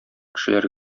кешеләр